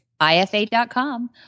ifa.com